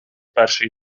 перший